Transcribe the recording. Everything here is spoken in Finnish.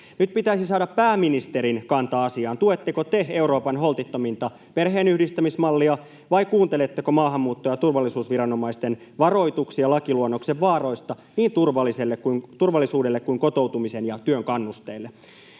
Nyt pitäisi saada pääministerin kanta asiaan: tuetteko te Euroopan holtittominta perheenyhdistämismallia vai kuunteletteko maahanmuutto- ja turvallisuusviranomaisten varoituksia lakiluonnoksen vaaroista niin turvallisuudelle kuin kotoutumisen ja työn kannusteille?